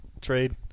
trade